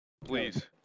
please